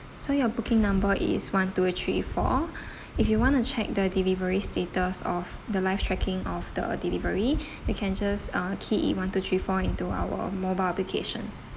so your booking number is one two three four if you want to check the delivery status of the live tracking of the delivery you can just uh key in one two three four into our mobile application